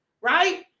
right